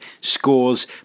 scores